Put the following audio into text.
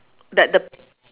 that the